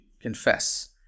confess